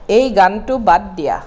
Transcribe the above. এই গানটো বাদ দিয়া